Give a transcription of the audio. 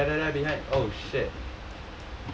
there there there behind oh shit